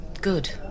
good